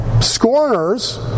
scorners